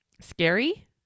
scary